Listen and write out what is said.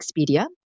Expedia